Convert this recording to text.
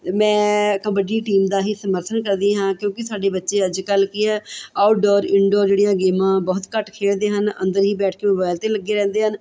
ਮੈਂ ਕਬੱਡੀ ਟੀਮ ਦਾ ਹੀ ਸਮਰਥਨ ਕਰਦੀ ਹਾਂ ਕਿਉਂਕੀ ਸਾਡੇ ਬੱਚੇ ਅੱਜ ਕੱਲ੍ਹ ਕੀ ਆ ਆਊਟਡੋਰ ਇਨਡੋਰ ਜਿਹੜੀਆਂ ਗੇਮਾਂ ਬਹੁਤ ਘੱਟ ਖੇਲਦੇ ਹਨ ਅੰਦਰ ਹੀ ਬੈਠ ਕੇ ਮੋਬਾਇਲ 'ਤੇ ਲੱਗੇ ਰਹਿੰਦੇ ਹਨ